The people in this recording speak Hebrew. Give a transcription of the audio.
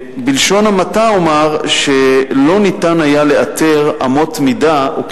בלשון המעטה אומר שלא ניתן היה לאתר אמות מידה או